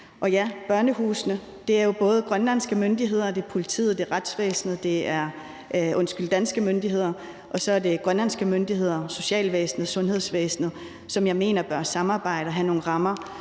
Og ja, børnehusene er jo både danske myndigheder, politiet og retsvæsenet, og så er det grønlandske myndigheder, socialvæsen, sundhedsvæsen, som jeg mener bør samarbejde og have nogle rammer